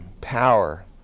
power